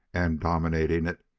and, dominating it,